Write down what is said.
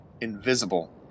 invisible